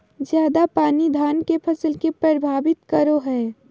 ज्यादा पानी धान के फसल के परभावित करो है?